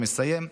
ומסיים,